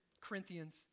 Corinthians